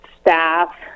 staff